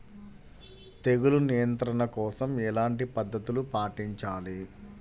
తెగులు నియంత్రణ కోసం ఎలాంటి పద్ధతులు పాటించాలి?